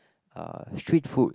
uh street food